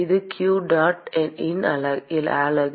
இது qdot இன் அலகு